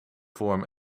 vorm